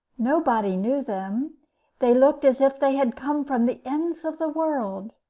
nobody knew them they looked as if they had come from the ends of the world.